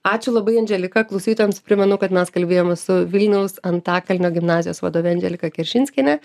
ačiū labai andželika klausytojams primenu kad mes kalbėjome su vilniaus antakalnio gimnazijos vadove andželika keršanskiene